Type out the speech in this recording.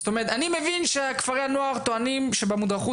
אני מבין שכפרי הנוער טוענים שבמודרכות